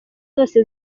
zose